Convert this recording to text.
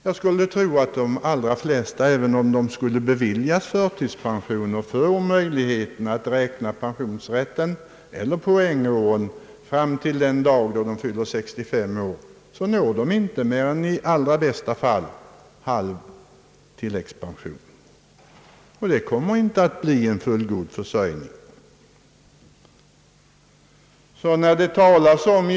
Jag skulle tro att de allra flesta, även om förtidspension beviljas och de får möjligheten att räkna pensionsrätt eller poängår fram till den dag de fyller 65 år, inte uppnår mer än i allra bästa fall halv tilläggspension, och det kommer inte att ge en fullgod försörjning.